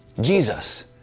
Jesus